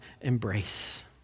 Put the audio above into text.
embrace